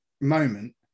moment